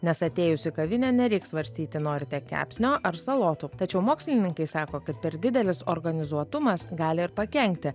nes atėjus į kavinę nereiks svarstyti norite kepsnio ar salotų tačiau mokslininkai sako kad per didelis organizuotumas gali ir pakenkti